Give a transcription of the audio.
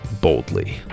boldly